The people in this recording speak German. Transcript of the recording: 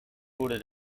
wurde